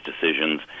decisions